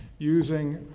using,